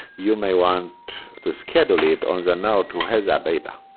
you may want to schedule it on the node who has that data.